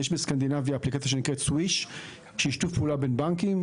יש בסקנדינביה אפליקציה שנקראת "Swish" שהיא שיתוף פעולה בין בנקים.